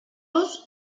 los